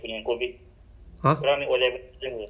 because like the hall